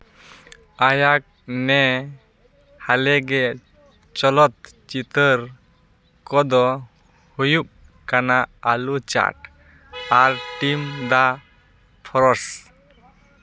ᱟᱭᱟᱜᱽ ᱱᱮ ᱦᱟᱞᱮᱜᱮ ᱪᱚᱞᱚᱛ ᱪᱤᱛᱟᱹᱨ ᱠᱚᱫᱚ ᱦᱩᱭᱩᱜ ᱠᱟᱱᱟ ᱟᱞᱩ ᱪᱟᱨᱴ ᱟᱨ ᱴᱤᱢ ᱫᱟ ᱯᱷᱚᱨᱚᱥ